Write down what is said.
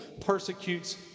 persecutes